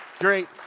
great